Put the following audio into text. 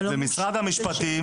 ומשרד המשפטים,